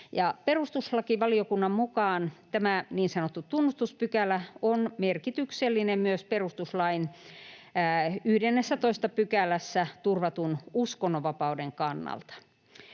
Perustuslakivaliokunnan mukaan tämä niin sanottu tunnustuspykälä on merkityksellinen myös perustuslain 11 §:ssä turvatun uskonnonvapauden kannalta.